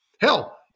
Hell